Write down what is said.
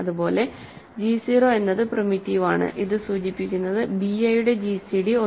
അതുപോലെ g 0 എന്നത് primitive ആണ്ഇത് സൂചിപ്പിക്കുന്നത് bi യുടെ gcd 1 ആണ്